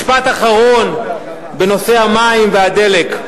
משפט אחרון בנושא המים והדלק,